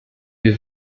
wir